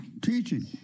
teaching